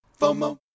FOMO